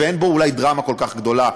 ואין בו אולי דרמה כל כך גדולה,